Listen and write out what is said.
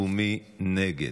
ומי נגד?